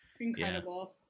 incredible